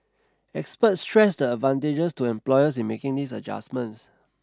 experts stressed the advantages to employers in making these adjustments